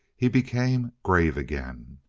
he became grave again.